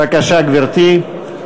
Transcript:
בבקשה, גברתי.